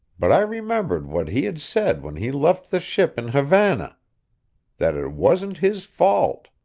but i remembered what he had said when he left the ship in havana that it wasn't his fault.